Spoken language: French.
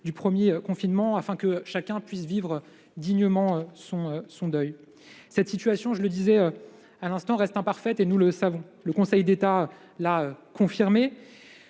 au premier confinement, afin que chacun puisse vivre dignement son deuil. Cette situation reste imparfaite, nous le savons. Le Conseil d'État l'a confirmé.